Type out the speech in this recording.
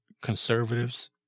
conservatives